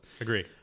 agree